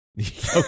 Okay